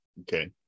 Okay